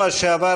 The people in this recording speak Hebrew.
בשבוע שעבר,